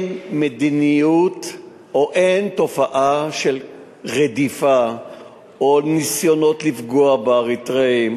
אין מדיניות ואין תופעה של רדיפה או ניסיונות לפגוע באריתריאים,